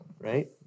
right